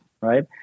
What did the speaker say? right